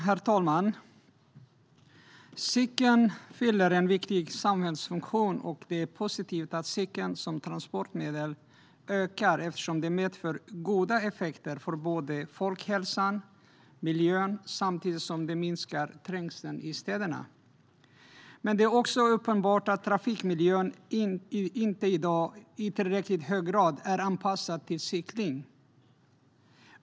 Herr talman! Cykeln fyller en viktig samhällsfunktion, och det är positivt att cykeln som transportmedel ökar eftersom det medför goda effekter för både folkhälsan och miljön samtidigt som det minskar trängseln i städerna. Men det är också uppenbart att trafikmiljön i dag inte i tillräckligt hög grad är anpassad till cykling.